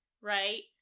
right